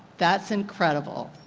that's incredible.